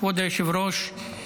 כבוד היושב-ראש,